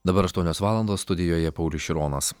dabar aštuonios valandos studijoje paulius šironas